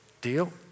Deal